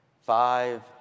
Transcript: five